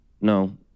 No